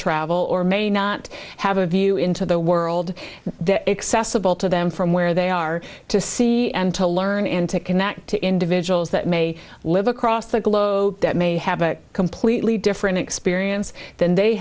travel or may not have a view into the world accessible to them from where they are to see and to learn and to connect to individuals that may live across the globe that may have a completely different experience than they